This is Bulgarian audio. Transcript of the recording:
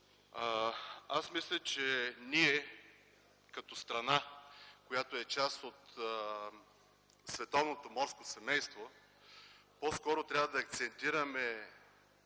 Аз мисля, че ние като страна, която е част от световното морско семейство по-скоро трябва да акцентираме